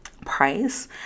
price